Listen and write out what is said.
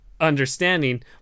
understanding